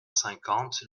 cinquante